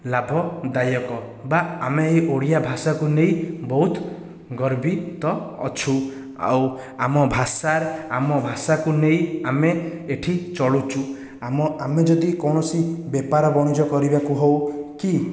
ଲାଭଦାୟକ ବା ଆମେ ଏହି ଓଡ଼ିଆ ଭାଷାକୁ ନେଇ ବହୁତ ଗର୍ବିତ ଅଛୁ ଆଉ ଆମ ଭାଷା ଆମ ଭାଷାକୁ ନେଇ ଆମେ ଏଠି ଚଳୁଛୁ ଆମ ଆମେ ଯଦି କୌଣସି ବେପାର ବାଣିଜ୍ୟ କରିବାକୁ ହେଉ କି